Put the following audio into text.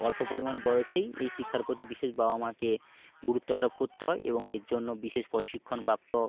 অল্প পরিমাণ বয়সেই এই শিক্ষার প্রতি বিশেষ বাবা মাকে গুরুত্ব আরোপ করতে হয় এবং এর জন্য বিশেষ প্রশিক্ষণপ্রাপ্ত